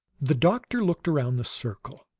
the doctor looked around the circle.